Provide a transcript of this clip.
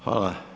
Hvala.